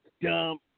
dumb